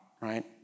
right